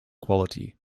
quality